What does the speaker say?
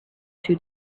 two